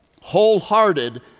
wholehearted